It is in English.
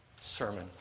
sermon